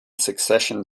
succession